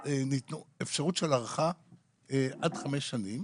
אפשרות של הארכה עד חמש שנים,